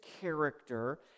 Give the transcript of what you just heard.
character